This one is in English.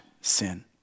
sin